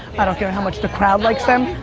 i don't care how much the crowd likes them.